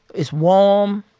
it's warm.